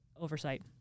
oversight